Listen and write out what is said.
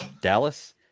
Dallas